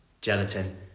gelatin